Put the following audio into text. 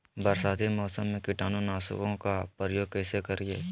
बरसाती मौसम में कीटाणु नाशक ओं का प्रयोग कैसे करिये?